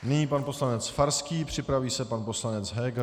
Nyní pan poslanec Farský, připraví se pan poslanec Heger.